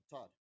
Todd